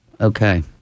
Okay